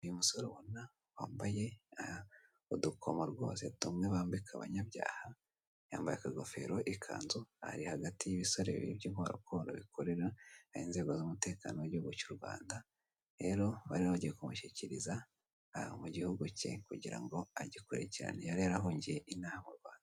Uyu musore ubona wambaye udukoma rwose tumwe bambika abanyabyaha, yambaye akagofero, ikanzu, ari hagati y'ibisore bibiri by'inkorokoro bikorera inzego z'umutekano w'igihugu cy'u Rwanda, rero bari bagiye kumushyikiriza mu gihugu ke kugira ngo age kure cyane yari yarahungiye inaha mu Rwanda.